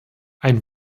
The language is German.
ein